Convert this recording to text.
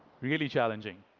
really challenging.